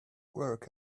work